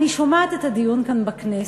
אני שומעת את הדיון כאן בכנסת,